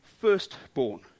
firstborn